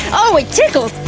oh, it tickles!